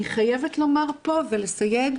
אני חייבת לומר פה ולסייג,